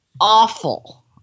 awful